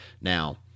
Now